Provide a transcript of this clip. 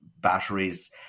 batteries